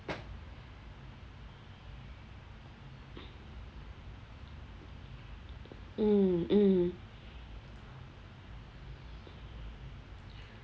mm mm